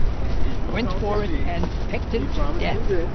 and went for it and pecked it to death.